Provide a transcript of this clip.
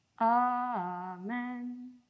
amen